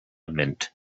mint